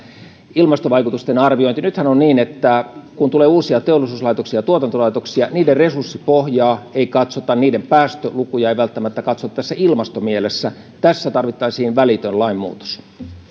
ilmastovaikutusten arviointi nythän on niin että kun tulee uusia teollisuuslaitoksia ja tuotantolaitoksia niiden resurssipohjaa ei katsota ja niiden päästölukuja ei välttämättä katsota tässä ilmastomielessä tässä tarvittaisiin välitön lainmuutos